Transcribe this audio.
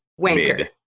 wanker